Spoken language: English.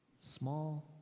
small